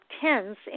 tens